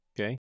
Okay